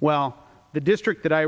well the district what i